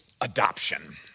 adoption